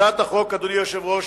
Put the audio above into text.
הצעת החוק, אדוני היושב-ראש,